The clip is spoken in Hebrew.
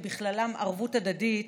ובכללם ערבות הדדית,